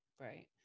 Right